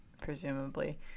presumably